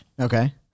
Okay